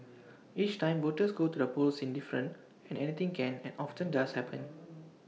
each time voters go to the polls is different and anything can and often does happen